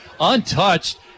untouched